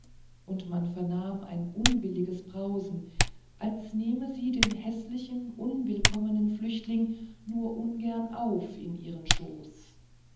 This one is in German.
und man vernahm ein unwilliges brausen als nehme sie den häßlichen unwillkommenen flüchtling nur ungern auf in ihren schoß